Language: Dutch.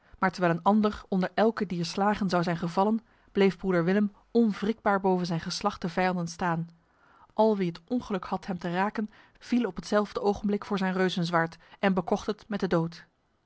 maar terwijl een ander onder elke dier slagen zou zijn gevallen bleef broeder willem onwrikbaar boven zijn geslachte vijanden staan al wie het ongeluk had hem te raken viel op hetzelfde ogenblik voor zijn reuzenzwaard en bekocht het met de dood